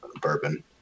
bourbon